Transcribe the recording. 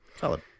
Solid